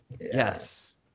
yes